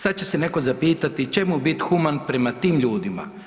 Sad će se netko zapitati čemu biti human prema tim ljudima?